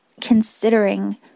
considering